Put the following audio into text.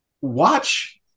watch